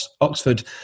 Oxford